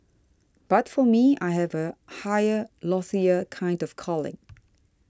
but for me I have a higher loftier kind of calling